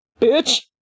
bitch